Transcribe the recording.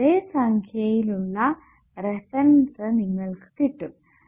അതെ സഖ്യയിലുള്ള റഫറൻസ് നിങ്ങൾക്ക് കിട്ടും